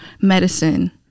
medicine